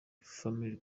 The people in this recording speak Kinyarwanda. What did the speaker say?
family